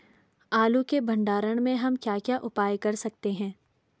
आलू के भंडारण में हम क्या क्या उपाय कर सकते हैं?